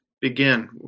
begin